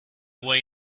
way